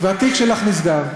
והתיק שלך נסגר.